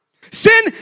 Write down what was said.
Sin